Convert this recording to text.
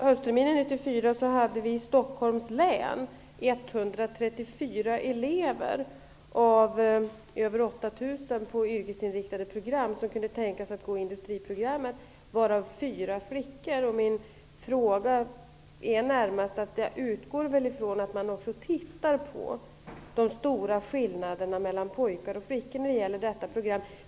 Höstterminen Jag utgår från att man också tittar på de stora skillnaderna mellan pojkar och flickor när det gäller detta program.